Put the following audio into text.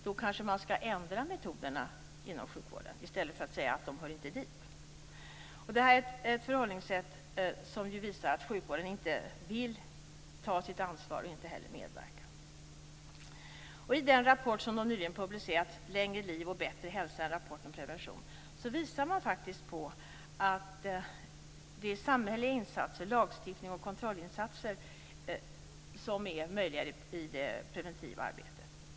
Då kanske man skall ändra metoderna inom sjukvården i stället för att säga att de inte hör dit. Det här är ett förhållningssätt som visar att sjukvården inte vill ta sitt ansvar och inte heller medverkar. I den rapport som man nyligen publicerat, Längre liv och bättre hälsa - en rapport om prevention, visar man faktiskt på de samhälleliga insatser, lagstiftning och kontrollinsatser, som är möjliga vid det preventiva arbetet.